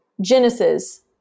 Genesis